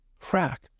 Crack